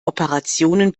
operationen